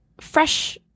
Fresh